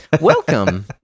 welcome